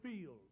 field